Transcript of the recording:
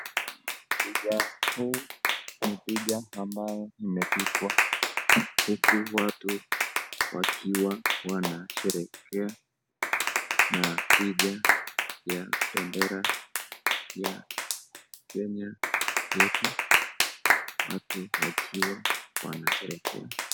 Picha huu ni picha ambao umepigwa huku watu wakiwa wanasherehekea na picha ya bendera ya Kenya yetu watu wakiwa wanasheherekea.